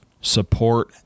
support